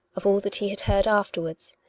of all that he had heard afterwards,